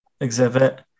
exhibit